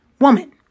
woman